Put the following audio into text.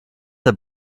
der